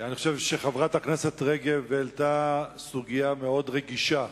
אני חושב שחברת הכנסת רגב העלתה סוגיה מאוד רגישה,